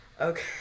Okay